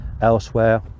elsewhere